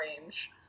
range